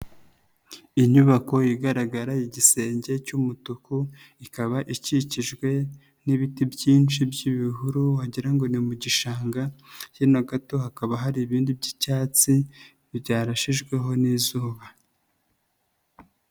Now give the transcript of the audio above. Inyubako igaragara igisenge cy'umutuku, ikaba ikikijwe n'ibiti byinshi by'ibihuru wagira ngo ni mu gishanga hino gato hakaba hari ibindi by'icyatsi byarashijweho n'izuba.